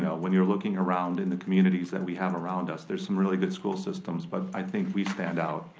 yeah when you're looking around in the communities that we have around us, there's some really good school systems. but i think we stand out,